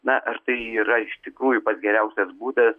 na ar tai yra iš tikrųjų pats geriausias būdas